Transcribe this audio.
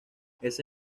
ese